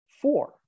four